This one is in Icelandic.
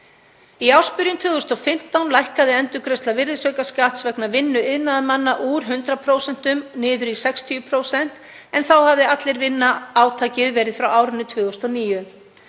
Í ársbyrjun 2015 lækkaði endurgreiðsla virðisaukaskatts vegna vinnu iðnaðarmanna úr 100% niður í 60%, en þá hafði Allir vinna-átakið verið frá árinu 2009.